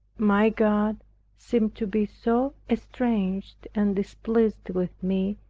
my god seemed to be so estranged and displeased with me,